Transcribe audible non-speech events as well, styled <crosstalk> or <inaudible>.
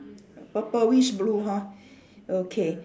purplish blue hor <breath> okay